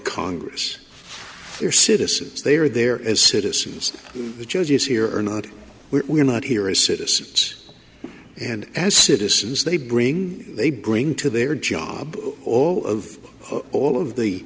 congress or citizens they are there as citizens the judges here are not we're not here as citizens and as citizens they bring they bring to their job all of all of the